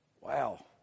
wow